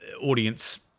audience